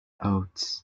oates